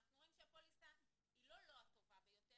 אנחנו רואים שהפוליסה היא לא לא הטובה ביותר,